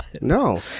No